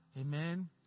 Amen